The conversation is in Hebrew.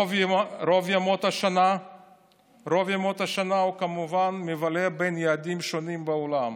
רוב ימות השנה הוא כמובן מבלה בין יעדים שונים בעולם,